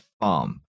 farm